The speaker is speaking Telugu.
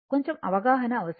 కొంచెం అవగాహన అవసరం